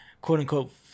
quote-unquote